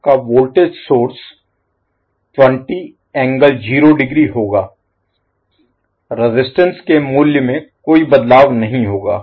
आपका voltage source स्रोत Source 20∠0 ° होगा रेजिस्टेंस के मूल्य में कोई बदलाव नहीं होगा